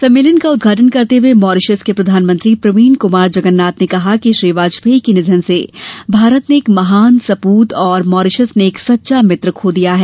सम्मेलन का उद्घाटन करते हुए मॉरिसस के प्रधानमंत्री प्रवीण कमार जगन्नाथ ने कहा कि श्री वाजपेयी के निधन से भारत ने एक महान सपूत और मॉरिसस ने सच्चा मित्र खो दिया है